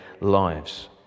lives